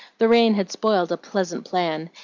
the rain had spoiled a pleasant plan,